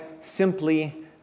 simply